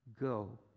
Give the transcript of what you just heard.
Go